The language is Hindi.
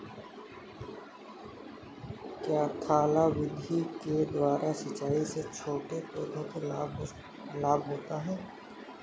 क्या थाला विधि के द्वारा सिंचाई से छोटे पौधों को लाभ होता है?